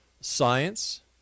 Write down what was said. science